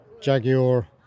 Jaguar